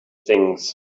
things